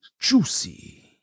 Juicy